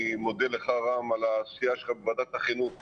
אני מודה לך, רם, על העשייה שלך בוועדת החינוך,